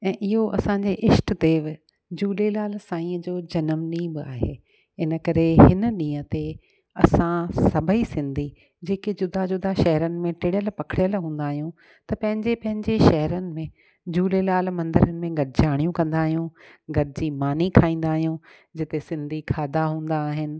ऐं इहो असांजा इष्टदेव झूलेलाल साईंअ जो जनमॾींहं बि आहे इन करे हिन ॾींहं ते असां सभेई सिंधी जेके जुदा जुदा शहरनि में टिड़ियलु पखिड़िलु हूंदा आहियूं त पंहिंजे पंहिंजे शहरनि में झूलेलाल मंदरनि में गॾिजाणियूं कंदा आहियूं गॾिजी मानी खाईंदा आहियूं जिते सिंधी खाधा हूंदा आहिनि